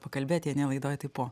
pakalbėt jei ne laidoj tai po